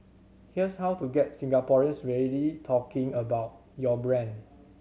here's how to get Singaporeans really talking about your brand